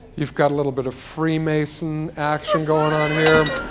you've got a little bit of free mason action going on here.